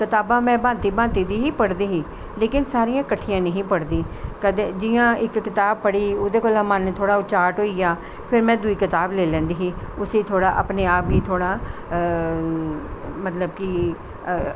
कताबां में भांति भांति दी पड़दी ही लेकिन सारियां कट्ठियां नेंई ही पढ़दी जियां इक कताब पढ़ी ओह्दे कोला दा मन थोह्ड़ा उचाट होइया फिर में दुई कताब लेई लैंदी ही उसी थोह्ड़ा अपनें आप गी थोह्ड़ा मतलव कि थोह्ड़ा